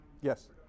Yes